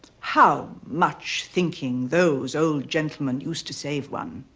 how much thinking those old gentlemen used to save one!